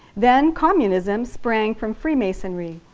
then communism sprang from freemasonry.